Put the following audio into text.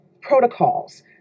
protocols